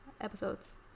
episodes